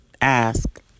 ask